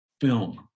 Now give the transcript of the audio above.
film